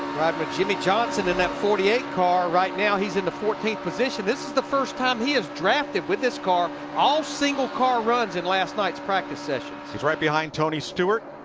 but jimmie johnson in that forty eight car. right now he's in the fourteenth position. this is the first time he has drafted with this car. all single-car runs in last night's practice session. he's right behind tony stewart.